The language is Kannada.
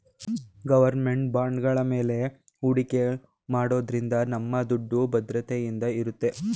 ಗೌರ್ನಮೆಂಟ್ ಬಾಂಡ್ಗಳ ಮೇಲೆ ಹೂಡಿಕೆ ಮಾಡೋದ್ರಿಂದ ನಮ್ಮ ದುಡ್ಡು ಭದ್ರತೆಯಿಂದ ಇರುತ್ತೆ